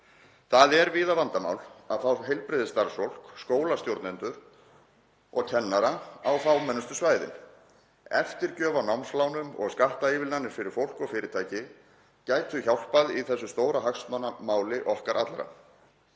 Það er víða vandamál að fá heilbrigðisstarfsfólk, skólastjórnendur og kennara á fámennustu svæðin. Eftirgjöf á námslánum og skattaívilnanir fyrir fólk og fyrirtæki gætu hjálpað í þessu stóra hagsmunamáli okkar allra.